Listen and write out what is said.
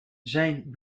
zijn